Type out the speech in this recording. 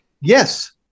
Yes